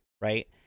right